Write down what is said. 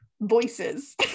Voices